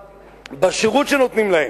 בשירות שנותנים להם,